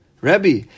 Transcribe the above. Rabbi